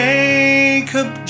Jacob